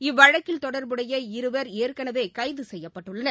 இவ்வழக்கில் தொடர்புடைய இருவர் ஏற்கனவே கைது செய்யப்பட்டுள்ளனர்